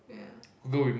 ya